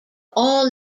all